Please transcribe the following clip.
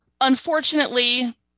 unfortunately